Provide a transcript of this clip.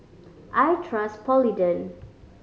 I trust Polident